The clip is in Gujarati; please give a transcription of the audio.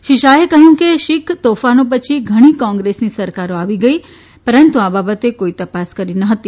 શ્રી શાહે કહ્યું કે શીખ તોફાનો પછી ઘણી કોંગ્રેસની સરકારો આવી પરંતુ આ બાબતે કોઇ તપાસ કરી ન હતી